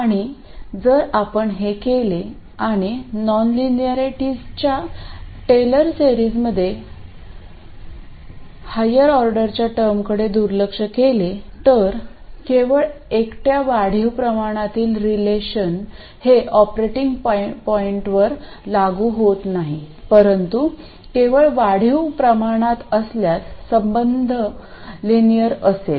आणि जर आपण हे केले आणि नॉनलिनॅरिटीजच्या टेलर सेरीजमध्ये हायर ऑर्डरच्या टर्मकडे दुर्लक्ष केले तर केवळ एकट्या वाढीव प्रमाणातील रिलेशन हे ऑपरेटिंग पॉईंटवर लागू होत नाही परंतु केवळ वाढीव प्रमाणात असल्यास संबंध लिनियर असेल